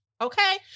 okay